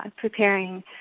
preparing